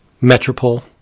metropole